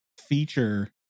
feature